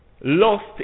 lost